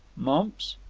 mumps.